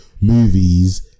Movies